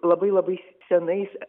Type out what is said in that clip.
labai labai senais